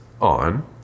on